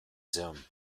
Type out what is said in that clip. zoom